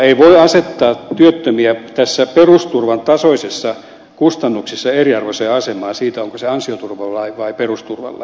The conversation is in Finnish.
ei voi asettaa työttömiä perusturvan tasoisissa kustannuksissa eriarvoiseen asemaan sen suhteen ovatko he ansioturvalla vai perusturvalla